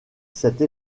cette